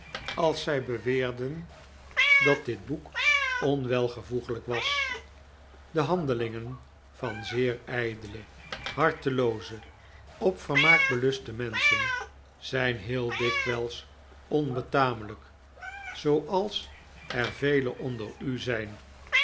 als zij beweerden dat dit boek onwelvoeglijk was de handelingen van zeer ijdele hartelooze op vermaak beluste menschen zijn heel dikwijls onbetamelijk zooals er vele onder u zijn